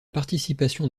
participation